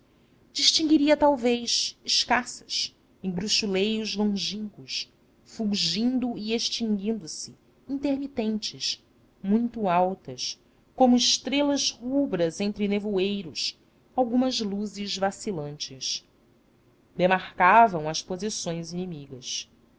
o norte distinguiria talvez escassas em bruxeleiros longínquos fulgindo e extinguindo se intermitentes muito altas como estrelas rubras entre nevoeiros algumas luzes vacilantes demarcavam as posições inimigas